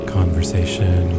Conversation